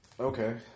Okay